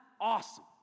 awesome